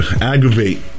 Aggravate